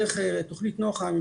דרך תוכנית נוח"ם,